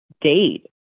date